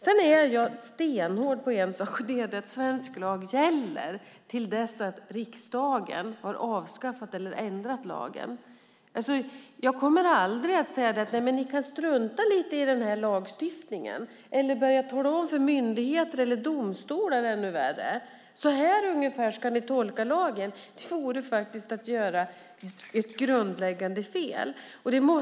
Men jag är stenhård på en sak, och det är att svensk lag gäller tills riksdagen har avskaffat eller ändrat lagen. Jag kommer aldrig att säga "Ni kan strunta lite i den här lagstiftningen" eller börja tala om för myndigheter eller - ännu värre - för domstolar att de ska tolka lagen ungefär på ett visst sätt. Det vore faktiskt att göra ett grundläggande fel.